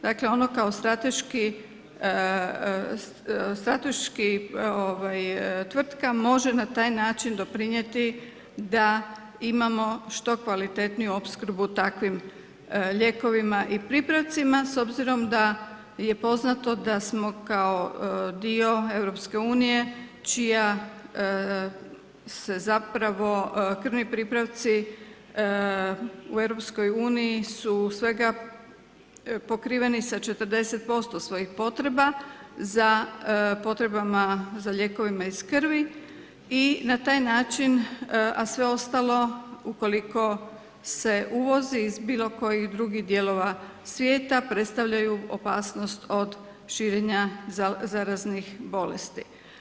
Dakle, ono kao strateški tvrtka, može na taj način doprinijeti, da imamo što kvalitetniju opskrbu takvim lijekovima i pripravcima, s obzirom da je poznato, da smo, kao dio EU čija se zapravo, krvnih pripravci, u EU, su svega pokriveni sa 40% svojih potreba za potrebama za lijekovima iz krvi i na taj način, a sve ostalo, ukoliko se uvozi iz bilo kojih drugih dijelova svijeta, postoji opasnost širenja zaraznih bolesti.